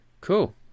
Cool